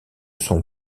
son